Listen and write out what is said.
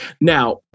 Now